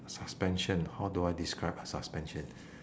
suspension how do I describe a suspension